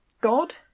God